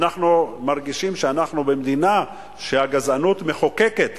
אנחנו מרגישים שאנחנו במדינה שהגזענות בה מחוקקת.